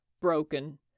broken